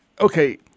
okay